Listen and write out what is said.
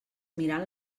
mirant